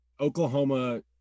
oklahoma